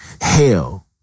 Hell